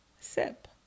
sip